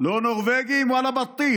לא נורבגי ולא בטיח.